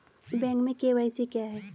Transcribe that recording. Bank में KYC क्या है?